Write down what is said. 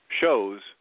shows